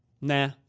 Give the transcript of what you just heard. Nah